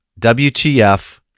WTF